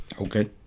Okay